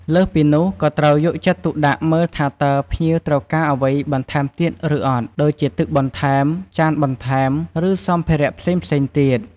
លើសពីនោះក៏ត្រូវយកចិត្តទុកដាក់មើលថាតើភ្ញៀវត្រូវការអ្វីបន្ថែមទៀតឬអត់ ដូចជា ទឹកបន្ថែម ចានបន្ថែម ឬសម្ភារៈផ្សេងៗទៀត។